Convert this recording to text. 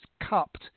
cupped